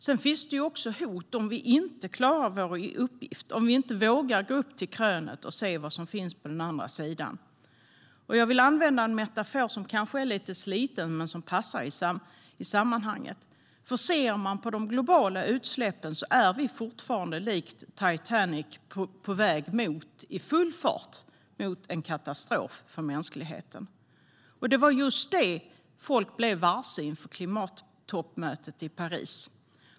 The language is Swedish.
Det finns också hot om vi inte klarar vår uppgift - om vi inte vågar gå upp till krönet och se vad som finns på den andra sidan. Jag vill använda en metafor som kanske är lite sliten men som passar i sammanhanget. Om man ser till de globala utsläppen är vi fortfarande likt Titanic i full fart på väg mot en katastrof för mänskligheten. Det var just detta folk blev varse inför klimattoppmötet i Paris.